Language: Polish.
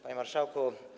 Panie Marszałku!